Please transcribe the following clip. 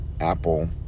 apple